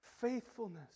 faithfulness